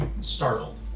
startled